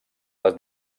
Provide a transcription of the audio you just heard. les